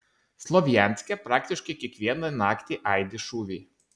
slovjanske praktiškai kiekvieną naktį aidi šūviai